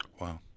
Wow